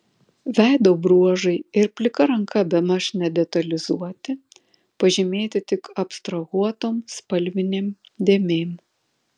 veido bruožai ir plika ranka bemaž nedetalizuoti pažymėti tik abstrahuotom spalvinėm dėmėm